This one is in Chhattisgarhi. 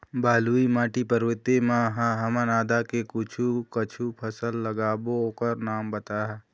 बलुई माटी पर्वतीय म ह हमन आदा के कुछू कछु फसल लगाबो ओकर नाम बताहा?